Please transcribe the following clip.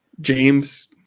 James